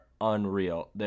unreal